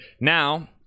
Now